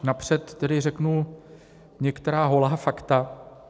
Napřed řeknu některá holá fakta.